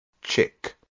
Chick